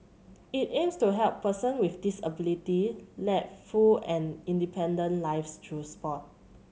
it aims to help person with disability led full and independent lives through sport